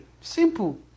simple